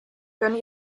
gönn